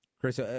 Chris